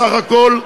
בסך הכול,